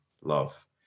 love